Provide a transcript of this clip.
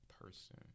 person